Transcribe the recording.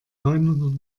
neunhundert